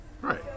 right